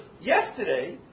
yesterday